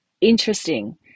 interesting